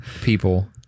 people